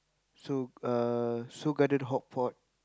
Seoul uh Seoul-Garden hotpot